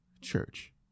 church